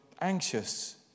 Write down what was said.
anxious